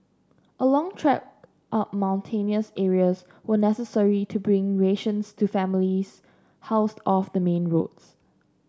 a long trek up mountainous areas were necessary to bring rations to families housed off the main roads